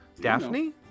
Daphne